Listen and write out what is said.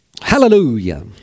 Hallelujah